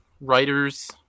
writers